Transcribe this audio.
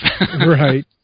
Right